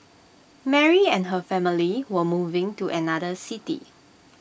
Mary and her family were moving to another city